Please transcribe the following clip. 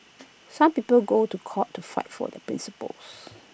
some people go to court to fight for their principles